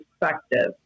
perspective